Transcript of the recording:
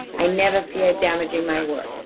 i never fear damaging my work,